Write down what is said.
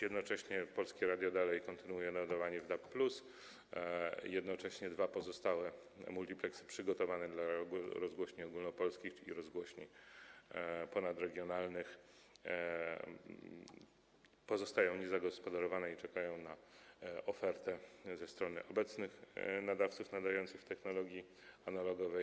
Jednocześnie Polskie Radio kontynuuje nadawanie w DAB+, a dwa pozostałe multipleksy przygotowane dla rozgłośni ogólnopolskich, czyli rozgłośni ponadregionalnych, pozostają niezagospodarowane i czekają na ofertę ze strony obecnych nadawców, którzy nadają w technologii analogowej.